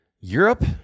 Europe